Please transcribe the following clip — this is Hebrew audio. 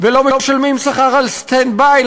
ולא משלמים שכר על סטנד-ביי,